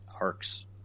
arcs